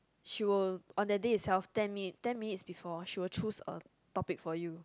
she will on that day itself ten minute ten minutes before she will choose a topic for you